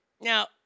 Now